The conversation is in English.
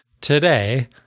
Today